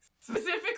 specifically